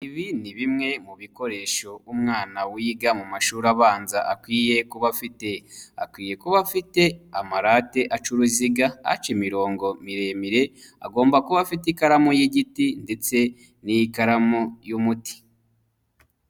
Ibi ni bimwe mu bikoresho umwana wiga mu mashuri abanza akwiye kuba afite, akwiye kuba afite amarate aca uruziga, aca imirongo miremire, agomba kuba afite ikaramu y'igiti ndetse n'iyikaramu y'umuti.